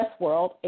Westworld